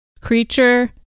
creature